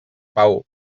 pau